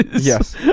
Yes